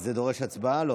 זה דורש הצבעה?